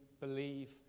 believe